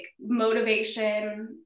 motivation